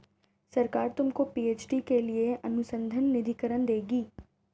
सरकार तुमको पी.एच.डी के लिए अनुसंधान निधिकरण देगी